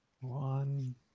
One